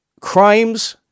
Crimes